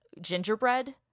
Gingerbread